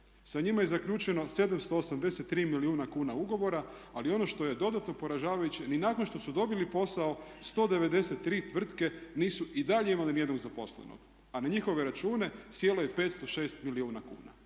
Sa njima je zaključeno 783 milijuna kuna ugovora ali ono što je dodatno poražavajuće ni nakon što su dobili posao 193 tvrtke nisu i dalje imale ni jednog zaposlenog, a na njihove račune sjelo je 506 milijuna kuna.